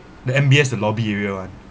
the M_B_S the lobby area [one]